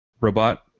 robot